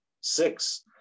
six